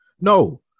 No